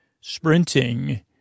sprinting